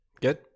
Good